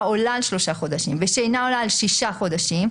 העולה על שלושה חודשים ושאינה עולה על שישה חודשים,